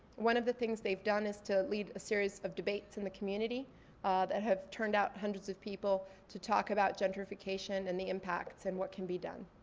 one of the things they've done is to lead a series of debates in the community that have turned out hundreds of people to talk about gentrification, and the impacts, and what can be done.